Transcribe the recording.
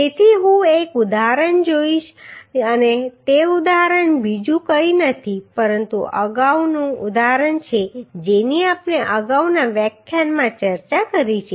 તેથી હું એક ઉદાહરણ જોઈશ અને તે ઉદાહરણ બીજું કંઈ નથી પરંતુ અગાઉનું ઉદાહરણ છે જેની આપણે અગાઉના વ્યાખ્યાનમાં ચર્ચા કરી છે